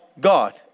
God